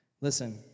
Listen